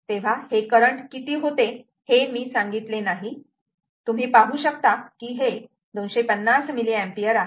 तेव्हा हे करंट किती होते हे मी सांगितले नाही तुम्ही पाहू शकतात की हे 250 mA आहे